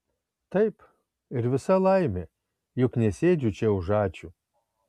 taip ir visa laimė juk nesėdžiu čia už ačiū